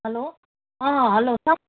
hello uh hello